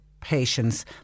patients